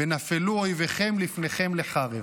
ונפלו איביכם לפניכם לחרב".